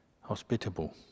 hospitable